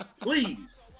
please